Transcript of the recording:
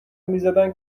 میزدن